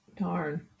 Darn